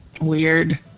Weird